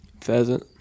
Pheasant